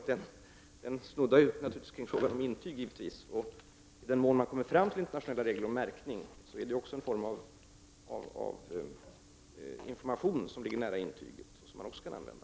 Den snuddar givetvis vid frågan om intyg. I den mån man kommer fram till internationella regler om märkning blir denna en form av information som ligger nära intyget och som man också kan använda.